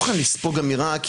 לספוג אמירה,